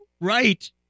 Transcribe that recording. right